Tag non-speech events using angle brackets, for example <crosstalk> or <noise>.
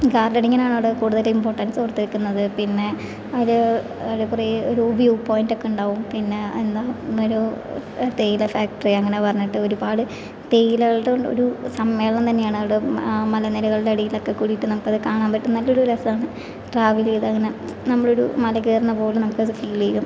ഗാർഡനിങ്ങിനാണ് അവിടെ കൂടുതൽ ഇംപോർട്ടൻസ് കൊടുത്തിരിക്കുന്നത് പിന്നെ ഒരു <unintelligible> വ്യൂ പോയിന്റൊക്കെ ഉണ്ടാവും പിന്നെ എന്താ ഒരു തേയില ഫാക്ടറി അങ്ങനെ പറഞ്ഞിട്ട് ഒരുപാട് തേയിലകളുടെ ഒരു സമ്മേളനം തന്നെയാണ് അവിടെ ആ മലനിരകളുടെ അടിയിൽ ഒക്കെ കൂടിയിട്ട് നമുക്കത് കാണാൻ പറ്റും നല്ലൊരു രസമാണ് ട്രാവൽ ചെയ്ത് അങ്ങനെ നമ്മളൊരു മല കയറണ പോലെ നമക്കത് ഫീൽ ചെയ്യും